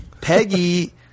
Peggy